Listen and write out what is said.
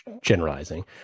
generalizing